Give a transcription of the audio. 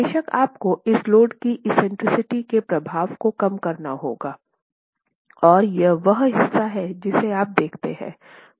बेशक आपको इस लोड की एक्सेंट्रिसिटी के प्रभाव को कम करना होगा और यह वह हिस्सा है जिसे आप देखते हैं